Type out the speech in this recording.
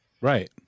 Right